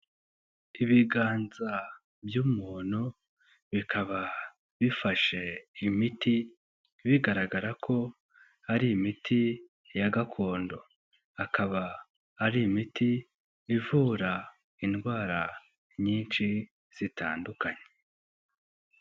Ibiganza by'umuntu, bikaba bifashe imiti, bigaragara ko ari imiti ya gakondo, akaba ari imiti ivura indwara nyinshi, zitandukanye.